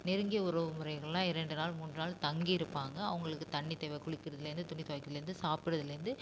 நெருங்கிய உறவு முறைகள்லாம் இரண்டு நாள் மூன்று நாள் தங்கியிருப்பாங்க அவங்களுக்கு தண்ணி தேவை குளிக்கிறதுலேருந்து துணி துவைக்கிறதுலேருந்து சாப்புடறதுலேந்து